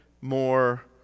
more